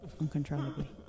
uncontrollably